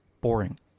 boring